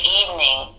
evening